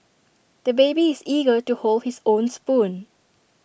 the baby is eager to hold his own spoon